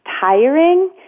tiring